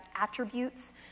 attributes